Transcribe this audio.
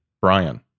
Brian